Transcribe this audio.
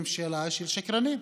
ממשלה של שקרנים.